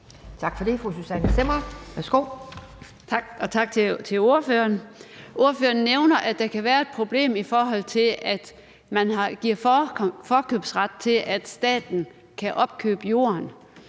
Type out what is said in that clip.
værsgo. Kl. 17:53 Susanne Zimmer (FG): Tak, og tak til ordføreren. Ordføreren nævner, at der kan være et problem, i forbindelse med at man giver forkøbsret til, at staten kan opkøbe jorden,